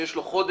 שיש לו חודש